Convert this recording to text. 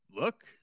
look –